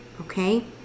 Okay